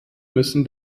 müssen